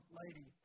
lady